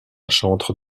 chantre